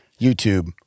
YouTube